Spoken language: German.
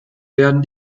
werden